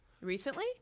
Recently